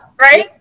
Right